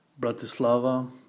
Bratislava